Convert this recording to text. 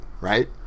right